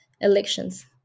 elections